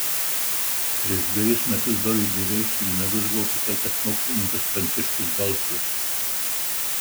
prieš dvejus metus dovydui veisui į nagus buvo patekęs mokslininkas pranciškus baltrus